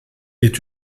est